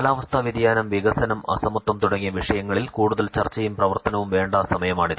കാലാവസ്ഥ വൃതിയാനം വികസനം അസമത്വം തുടങ്ങിയ വിഷയങ്ങളിൽ കൂടുതൽ ചർച്ചയും പ്രവർത്തനവും വേണ്ട സമയമാണിത്